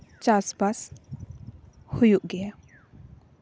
ᱪᱟᱥᱼᱵᱟᱥ ᱦᱩᱭᱩᱜ ᱜᱮᱭᱟ